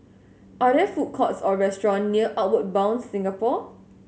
are there food courts or restaurants near Outward Bound Singapore